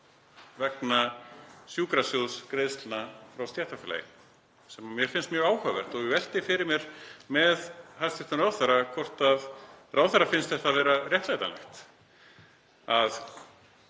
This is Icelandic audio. vegna sjúkrasjóðsgreiðslna frá stéttarfélagi, sem mér finnst mjög áhugavert. Ég velti fyrir mér með hæstv. ráðherra hvort ráðherra finnst það vera réttlætanlegt að